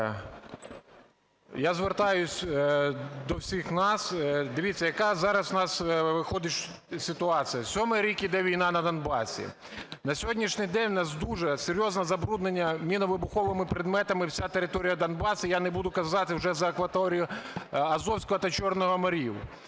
Я звертаюсь до всіх нас. Дивіться, яка зараз у нас виходить ситуація. Сьомий рік іде війна на Донбасі. На сьогоднішній день у нас дуже серйозне забруднення мінно-вибуховими предметами всієї території Донбасу. Я не буду казати вже за акваторію Азовського та Чорного морів.